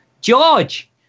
George